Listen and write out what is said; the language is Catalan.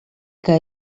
que